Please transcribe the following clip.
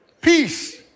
peace